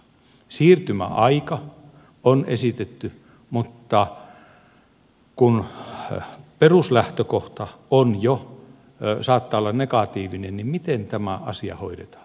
siirtymäaika on esitetty mutta kun jo peruslähtökohta saattaa olla negatiivinen niin miten tämä asia hoidetaan